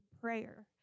prayer